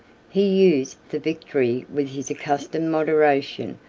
he used the victory with his accustomed moderation,